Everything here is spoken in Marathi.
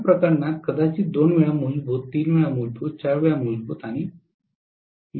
या प्रकरणात कदाचित 2 वेळा मूलभूत 3 वेळा मूलभूत 4 वेळा मूलभूत आणि इतर